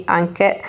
anche